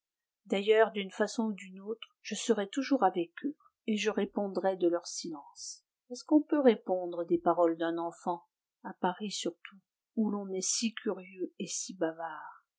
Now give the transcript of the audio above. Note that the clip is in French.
d'ailleurs d'une façon ou d'une autre je serais toujours avec eux et je répondrais de leur silence est-ce qu'on peut répondre des paroles d'un enfant à paris surtout où l'on est si curieux et si bavard